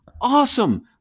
awesome